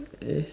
eh